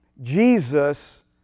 Jesus